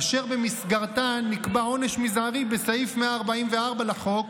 אשר במסגרתה נקבע עונש מזערי בסעיף 144 לחוק